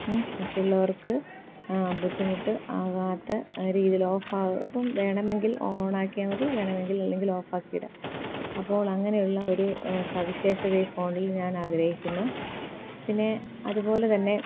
മറ്റുള്ളവർക്ക് ബുദ്ധിമുട്ട് ആകാത്ത രീതിയിൽ ഓഫാക്കാൻ അപ്പം വേണമെങ്കിൽ ഓണാക്കിയാൽ മതി വേണമെങ്കിൽ അല്ലെങ്കിൽ ഓഫാക്കിയിടാം അപ്പോൾ അങ്ങനെയുള്ള ഒരു സവിശേഷത ഫോണിൽ ഞാൻ ആഗ്രഹിക്കുന്നു പിന്നെ അതുപോലെ തന്നെ